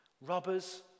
Robbers